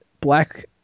black